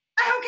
Okay